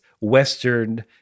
Western